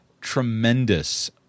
tremendous